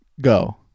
Go